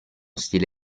stile